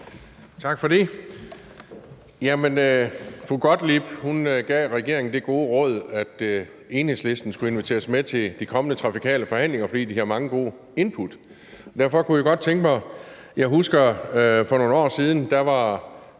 Tak for det. Fru Jette Gottlieb gav regeringen det gode råd, at Enhedslisten skulle inviteres med til de kommende trafikale forhandlinger, fordi de havde mange gode input. Jeg husker, at der for nogle år siden, hvor